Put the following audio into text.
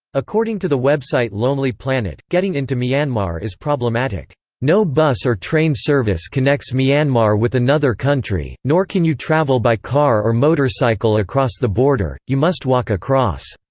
according to the website lonely planet, getting into myanmar is problematic no bus or train service connects myanmar with another country, nor can you travel by car or motorcycle across the border you must walk across.